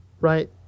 right